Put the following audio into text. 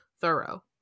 thorough